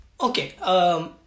okay